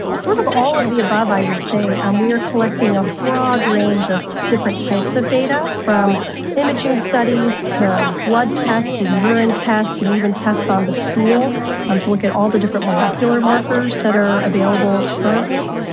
sort of all of the above i would say, and we are collecting a broad range of different types of data, from imaging studies to blood tests and urine tests and even tests on the stool um to look at all the different molecular markers that are available currently.